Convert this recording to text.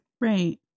Right